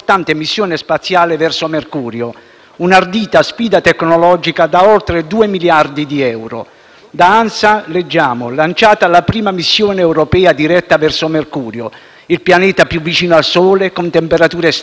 un'ardita sfida tecnologica da oltre 2 miliardi di euro. Dall'ANSA leggiamo: «Lanciata (...) la prima missione europea diretta verso Mercurio, il pianeta (...) più vicino al Sole, con temperature estreme, ancora pieno di misteri